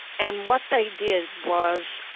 and what they did was,